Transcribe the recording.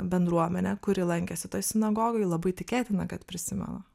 bendruomenę kuri lankėsi toj sinagogoj labai tikėtina kad prisimena